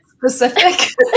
Specific